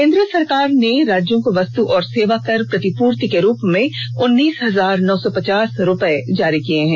केंद्र सरकार ने राज्यों को वस्तु और सेवा कर प्रतिपूर्ति के रूप में उन्नीस हजार नौ सौ पचास करोड़ रुपये जारी किए हैं